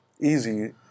easy